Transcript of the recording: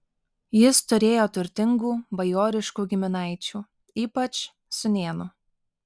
jis turėjo turtingų bajoriškų giminaičių ypač sūnėnų